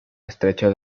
estrecho